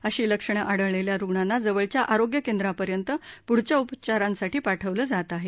अशी लक्षणे आढळलेल्या रुग्णांना जवळच्या आरोग्य केंद्रापर्यंत पूढच्या उपचारासाठी पाठविलं जात आहे